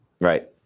Right